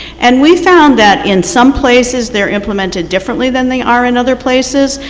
and we found that in some places they are implemented differently than they are in other places.